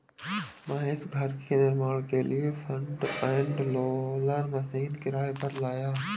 महेश घर के निर्माण के लिए फ्रंट एंड लोडर मशीन किराए पर लाया